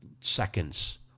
seconds